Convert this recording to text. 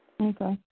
Okay